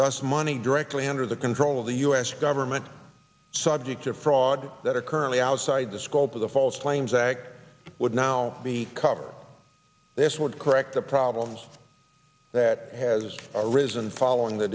thus money directly under the control of the us government subject to fraud that are currently outside the scope of the false claims act would now be covered this would correct the problems that has arisen following the